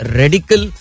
radical